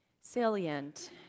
salient